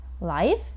life